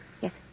yes